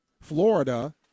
Florida